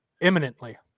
imminently